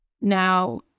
Now